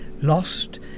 lost